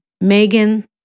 Megan